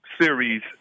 series